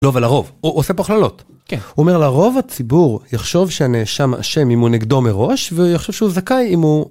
לא, ולרוב, הוא עושה פה הכללות. כן. הוא אומר, לרוב הציבור יחשוב שהנאשם אשם אם הוא נגדו מראש, והוא יחשוב שהוא זכאי אם הוא...